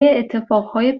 اتفاقهای